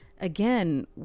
Again